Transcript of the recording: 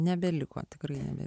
nebeliko tikrai